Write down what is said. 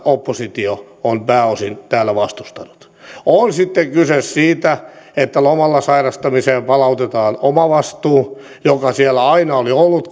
oppositio on pääosin täällä vastustanut on sitten kyse siitä että lomalla sairastamiseen palautetaan omavastuu joka siellä aina oli ollut